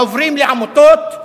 עוברים לעמותות,